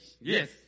Yes